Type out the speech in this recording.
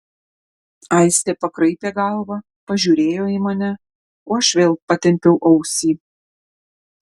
aistė pakraipė galvą pažiūrėjo į mane o aš vėl patempiau ausį